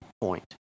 point